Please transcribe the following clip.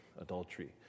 adultery